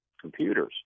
computers